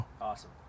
Awesome